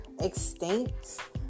extinct